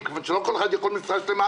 לפי בקשתו של ידידי ד"ר טיבי.